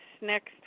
next